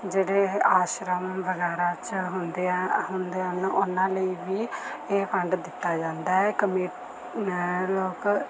ਜਿਹੜੇ ਆਸ਼ਰਮ ਵਗੈਰਾ 'ਚ ਹੁੰਦਿਆ ਹੁੰਦੇ ਹਨ ਉਨ੍ਹਾਂ ਲਈ ਵੀ ਇਹ ਫੰਡ ਦਿੱਤਾ ਜਾਂਦਾ ਹੈ ਕਮੇ ਲੋਕ